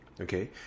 okay